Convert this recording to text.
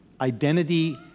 Identity